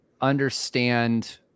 understand